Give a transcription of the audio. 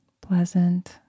pleasant